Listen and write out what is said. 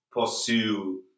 pursue